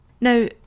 Now